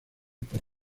por